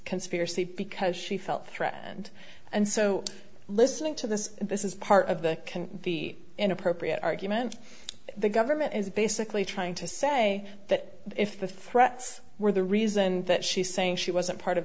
conspiracy because she felt threatened and so listening to this this is part of the can be inappropriate argument the government is basically trying to say that if the threats were the reason that she's saying she wasn't part of